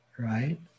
right